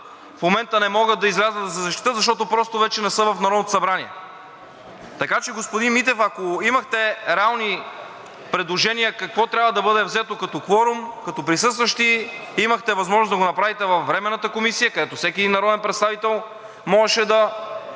в момента не могат да излязат да се защитят, защото просто вече не са в Народното събрание. Така че, господин Митев, ако имахте реални предложения какво трябва да бъде взето като кворум, като присъстващи, имахте възможност да го направите във Временната комисия, където всеки един народен представител можеше да